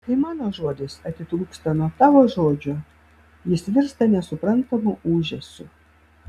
kai mano žodis atitrūksta nuo tavo žodžio jis virsta nesuprantamu ūžesiu